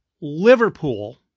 Liverpool